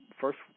first